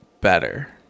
better